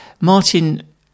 Martin